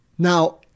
Now